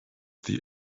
the